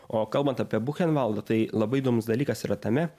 o kalbant apie buchenvaldą tai labai įdomus dalykas yra tame